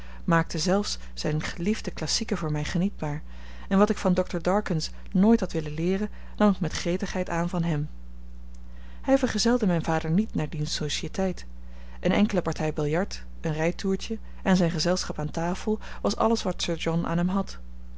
maakte zelfs zijne geliefde klassieken voor mij genietbaar en wat ik van dr darkins nooit had willen leeren nam ik met gretigheid aan van hem hij vergezelde mijn vader niet naar diens sociëteit eene enkele partij billard een rijtoertje en zijn gezelschap aan tafel was alles wat sir john aan hem had